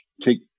take